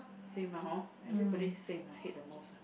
same lah [hpr] everybody same hate the boss lah